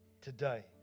Today